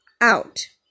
out